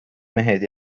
mehed